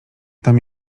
tam